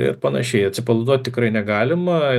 ir panašiai atsipalaiduot tikrai negalima